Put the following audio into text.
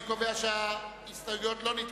אני קובע שההסתייגויות לא נתקבלו.